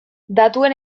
datuen